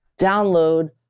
download